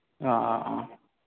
ꯑꯥ ꯑꯥ ꯑꯥ